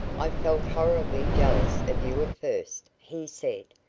i felt horribly jealous of you at first, he said.